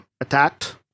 attacked